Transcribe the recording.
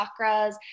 chakras